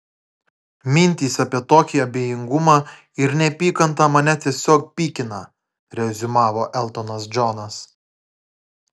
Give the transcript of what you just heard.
mintys apie tokį abejingumą ir neapykantą mane tiesiog pykina reziumavo eltonas džonas